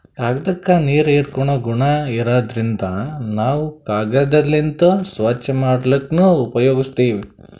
ಕಾಗ್ದಾಕ್ಕ ನೀರ್ ಹೀರ್ಕೋ ಗುಣಾ ಇರಾದ್ರಿನ್ದ ನಾವ್ ಕಾಗದ್ಲಿಂತ್ ಸ್ವಚ್ಚ್ ಮಾಡ್ಲಕ್ನು ಉಪಯೋಗಸ್ತೀವ್